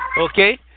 Okay